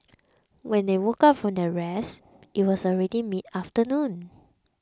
when they woke up from their rest it was already midafternoon